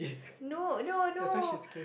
no no no